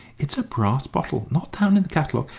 it's a brass bottle, not down in the catalogue,